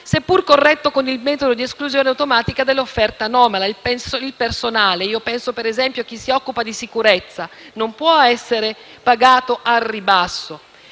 seppur corretto con il metodo di esclusione automatica dell'offerta anomala. Penso, per esempio, al personale che si occupa di sicurezza: non può essere pagato al ribasso.